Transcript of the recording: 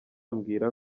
ambwira